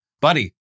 buddy